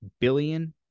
billion